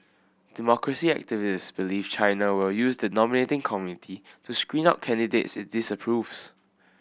democracy activists believe China will use the nominating committee to screen out candidates it's disapproves